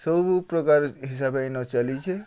ସବୁ ପ୍ରକାର ହିସାବ ଏଇନା ଚାଲିଛେ